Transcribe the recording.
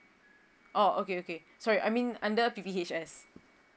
oh okay okay sorry I mean under P_P_H_S